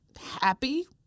happy